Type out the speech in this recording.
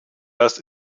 das